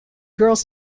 girls